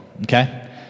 Okay